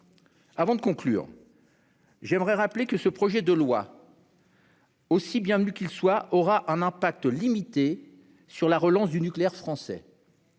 Avant de conclure, j'aimerais rappeler que ce projet de loi, aussi bienvenu soit-il, aura un impact limité sur la relance du nucléaire français